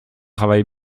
travaille